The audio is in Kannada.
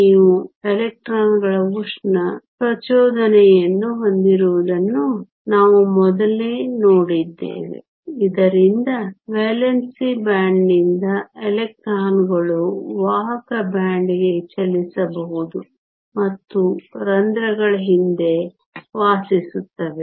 ನೀವು ಎಲೆಕ್ಟ್ರಾನ್ಗಳ ಉಷ್ಣ ಪ್ರಚೋದನೆಯನ್ನು ಹೊಂದಿರುವುದನ್ನು ನಾವು ಮೊದಲೇ ನೋಡಿದ್ದೇವೆ ಇದರಿಂದ ವೇಲೆನ್ಸ್ ಬ್ಯಾಂಡ್ನಿಂದ ಎಲೆಕ್ಟ್ರಾನ್ಗಳು ವಾಹಕ ಬ್ಯಾಂಡ್ಗೆ ಚಲಿಸಬಹುದು ಮತ್ತು ರಂಧ್ರಗಳ ಹಿಂದೆ ವಾಸಿಸುತ್ತವೆ